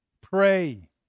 pray